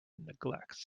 neglects